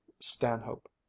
Stanhope